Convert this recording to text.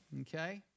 Okay